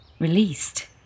released